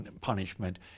punishment